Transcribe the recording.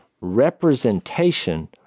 representation